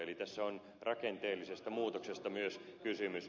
eli tässä on rakenteellisesta muutoksesta myös kysymys